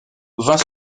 vint